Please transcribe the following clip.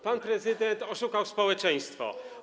Pan prezydent oszukał społeczeństwo.